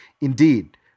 Indeed